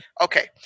Okay